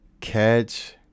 Catch